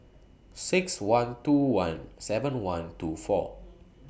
six one two one seven one two four